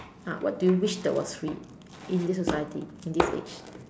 ah what do you wish was free in this society in this age